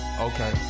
okay